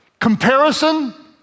Comparison